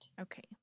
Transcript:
Okay